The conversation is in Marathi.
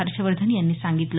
हर्षवर्धन यांनी सांगितलं